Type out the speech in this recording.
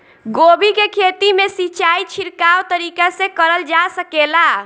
गोभी के खेती में सिचाई छिड़काव तरीका से क़रल जा सकेला?